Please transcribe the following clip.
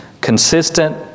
consistent